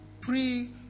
pre